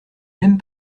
même